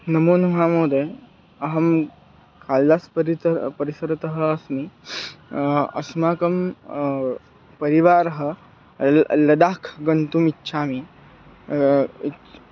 नमोनमः महोदय अहं कालिदास परित परिसरतः अस्मि अस्माकं परिवारः ल् लदाख् गन्तुम् इच्छामि इच्